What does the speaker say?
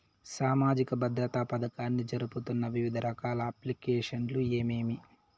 సామాజిక భద్రత పథకాన్ని జరుపుతున్న వివిధ రకాల అప్లికేషన్లు ఏమేమి?